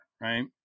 Right